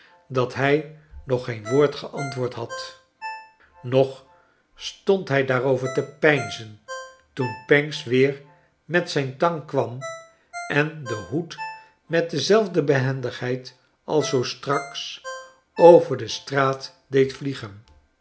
dat hij nog geen woord geantwoord had nog stond hij daarover te peinzen toen pancks weer met zijn tang kwam en den hoed met dezelfde behendigheid als zoo straks over de straat deed vliegen